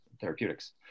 therapeutics